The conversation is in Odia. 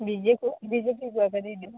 ବି ଜେ ପି ବିଜେପିକୁ ଏକା ଦେଇଦେବା